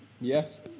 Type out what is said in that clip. Yes